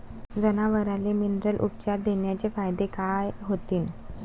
जनावराले मिनरल उपचार देण्याचे फायदे काय होतीन?